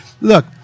look